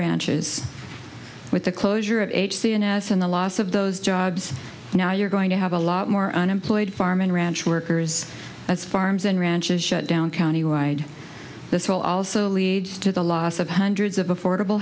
ranches with the closure of age cns and the loss of those jobs now you're going to have a lot more unemployed farm and ranch workers as farms and ranches shut down countywide this will also lead to the loss of hundreds of affordable